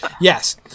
Yes